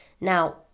Now